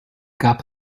gab